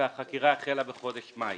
והחקירה החלה בחודש מאי.